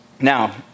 Now